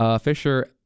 Fisher